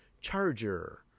charger